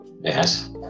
yes